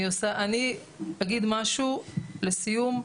אני אגיד משהו לסיום,